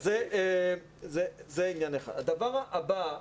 הדבר הבא,